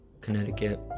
Connecticut